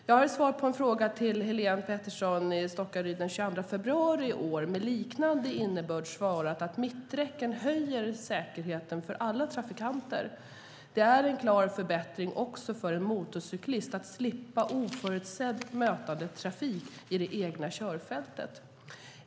Jag har i ett svar den 22 februari i år på en skriftlig fråga från Helene Petersson i Stockaryd med liknande innebörd svarat att mitträcken höjer säkerheten för alla trafikanter. Det är en klar förbättring också för en motorcyklist att slippa oförutsedd mötande trafik i det egna körfältet.